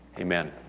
Amen